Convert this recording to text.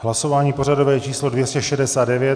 Hlasování pořadové číslo 269.